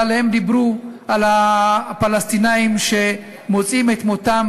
אבל הם דיברו על הפלסטינים שמוצאים את מותם